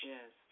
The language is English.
Yes